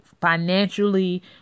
financially